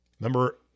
Remember